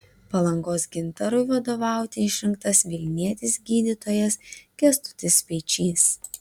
palangos gintarui vadovauti išrinktas vilnietis gydytojas kęstutis speičys